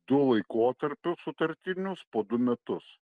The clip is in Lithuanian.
tuo laikotarpiu sutartinius po du metus